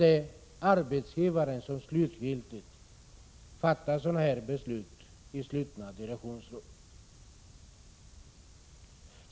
Det är arbetsgivaren som slutgiltigt avgör sådana frågor i slutna direktionsrum.